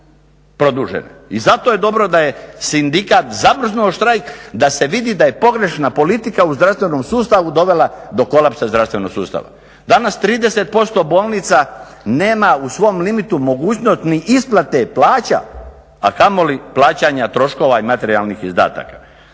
I zato je dobro da je sindikat zamrznuo štrajk da se vidi da je pogrešna politika u zdravstvenom sustavu dovela do kolapsa zdravstvenog sustava. Danas 30% bolnica nema u svom limitu mogućnost ni isplate plaća, a kamoli plaćanja troškova i materijalnih izdataka.